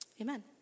Amen